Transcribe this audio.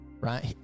right